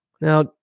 now